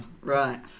Right